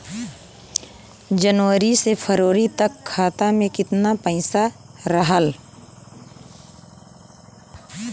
जनवरी से फरवरी तक खाता में कितना पईसा रहल?